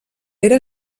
era